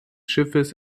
schiffes